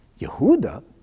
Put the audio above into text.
Yehuda